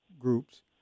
groups